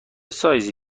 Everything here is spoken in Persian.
سایزی